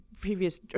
previous